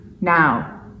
Now